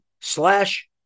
slash